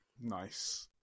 nice